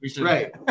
right